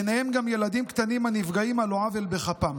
ובהם ילדים קטנים, הנפגעים על לא עוול בכפם.